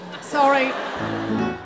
Sorry